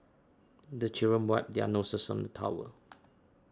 the children wipe their noses on the towel